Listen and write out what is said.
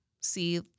see